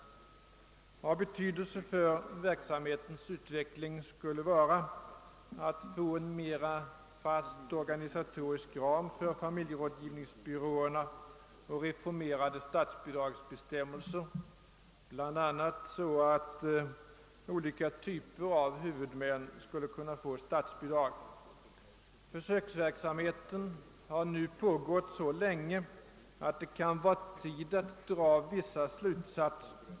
Av betydelse för verksamhetens utveckling skulle vara, att vi fick en mer fast organisatorisk ram för = familjerådgivningsbyråerna och en reformering av statsbidragsbestämmelserna, så att olika typer av huvudmän skulle kunna få statsbidrag. Försöksverksamheten har nu pågått så länge, att det kan vara tid att dra vissa slutsatser.